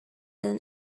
than